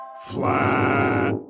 Flat